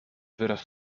wyraz